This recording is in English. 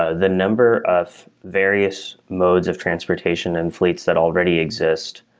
ah the number of various modes of transportation and fleets that already exist,